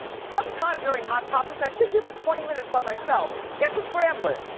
some time during hot topics, i sit here for twenty minutes by myself. get to scrambling.